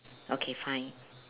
okay fine